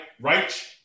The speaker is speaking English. right